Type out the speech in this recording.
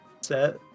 set